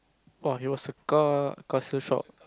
!woah! it was a car castle swap